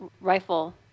rifle